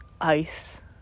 ice